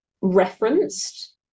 referenced